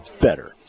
better